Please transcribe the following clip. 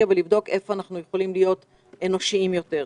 ולראות איפה אנחנו יכולים להיות אנושיים יותר.